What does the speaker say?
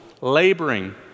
laboring